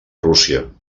rússia